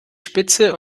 spitze